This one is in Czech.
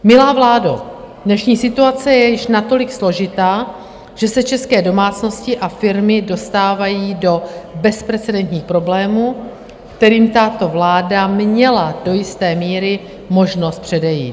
Milá vládo, dnešní situace je již natolik složitá, že se české domácnosti a firmy dostávají do bezprecedentních problémů, kterým tato vláda měla do jisté míry možnost předejít.